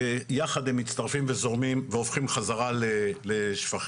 ויחד הם מצטרפים וזורמים והופכים חזרה לשפכים.